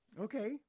Okay